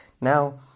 Now